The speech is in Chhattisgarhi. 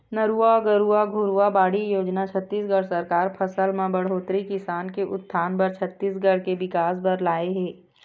नरूवा, गरूवा, घुरूवा, बाड़ी योजना छत्तीसगढ़ सरकार फसल म बड़होत्तरी, किसान के उत्थान बर, छत्तीसगढ़ के बिकास बर लाए हे